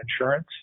insurance